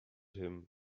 him